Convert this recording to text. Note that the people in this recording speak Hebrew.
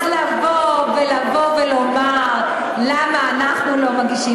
אז לבוא ולומר למה אנחנו לא מגישים?